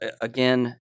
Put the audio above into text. again